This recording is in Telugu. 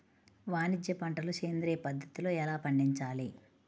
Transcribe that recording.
వాణిజ్య పంటలు సేంద్రియ పద్ధతిలో ఎలా పండించాలి?